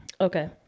Okay